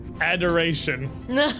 Adoration